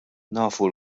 nafu